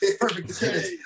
Perfect